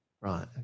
Right